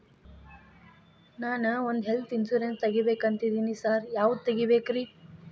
ನಾನ್ ಒಂದ್ health insurance ತಗಬೇಕಂತಿದೇನಿ sir ಯಾವದ ತಗಬೇಕ್ರಿ?